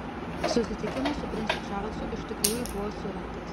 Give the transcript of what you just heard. susitikimas su princu čarlzu iš tikrųjų buvo surengtas